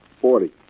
Forty